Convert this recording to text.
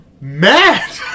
mad